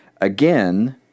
Again